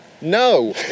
no